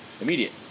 immediate